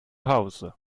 hause